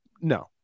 No